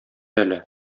әле